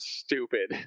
stupid